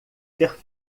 ter